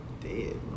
dead